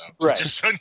Right